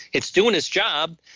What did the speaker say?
it's doing its job,